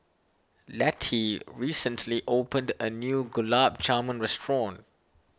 Lettie recently opened a new Gulab Jamun restaurant